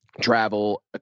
travel